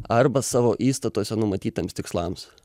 arba savo įstatuose numatytiems tikslams